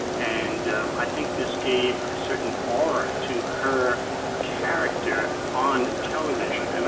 and i think this gave a certain aura to her character on television, and